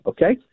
Okay